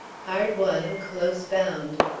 hard won, close bound.